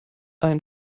ein